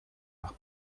nach